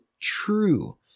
true